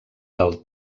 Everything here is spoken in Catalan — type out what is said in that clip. del